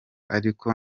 ariko